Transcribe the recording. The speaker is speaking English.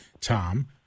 Tom